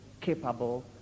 capable